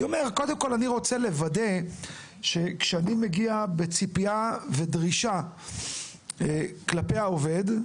קודם כל אני רוצה לוודא כשאני מגיע בציפייה ודרישה כלפי העובד,